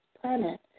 planet